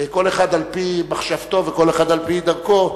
כל אחד על-פי מחשבתו וכל אחד על-פי דרכו,